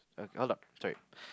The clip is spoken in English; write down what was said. hold up sorry